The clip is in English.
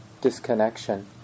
disconnection